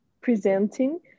presenting